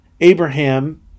Abraham